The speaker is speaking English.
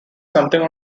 something